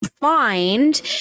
find